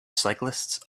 cyclists